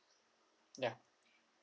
ya